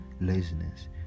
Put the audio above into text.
laziness